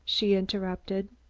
she interrupted.